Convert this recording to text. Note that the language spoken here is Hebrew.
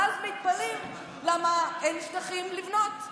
ואז מתפלאים: למה אין שטחים לבנות?